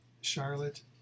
Charlotte